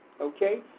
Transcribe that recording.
okay